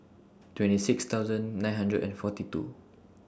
twenty six thousand nine hundred and forty two